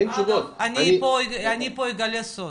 אני פה אגלה סוד.